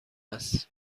است